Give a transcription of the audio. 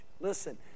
Listen